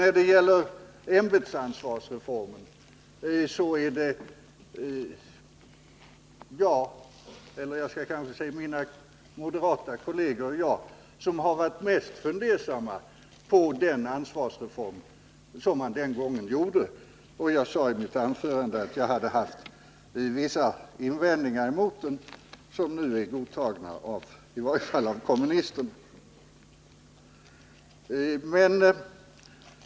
När det gäller ämbetsansvarsreformen är det mina moderata kolleger och jag som varit mest fundersamma till den ansvarsreform som den gången genomfördes. Jag sade i mitt anförande att jag hade haft vissa invändningar mot den — invändningar som nu är godtagna i varje fall av kommunisterna.